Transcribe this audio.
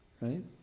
Right